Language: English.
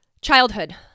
Childhood